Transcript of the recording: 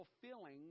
fulfilling